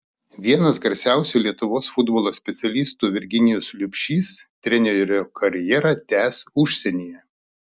vienas garsiausių lietuvos futbolo specialistų virginijus liubšys trenerio karjerą tęs užsienyje